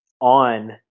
on